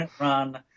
Run